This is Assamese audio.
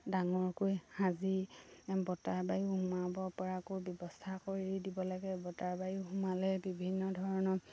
ডাঙৰকৈ সাজি বতাহ বায়ু সোমাব পৰাকৈ ব্যৱস্থা কৰি দিব লাগে বতাহ বায়ু সোমালে বিভিন্ন ধৰণৰ